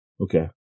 Okay